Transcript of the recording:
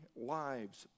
lives